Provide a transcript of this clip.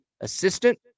assistant